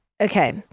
okay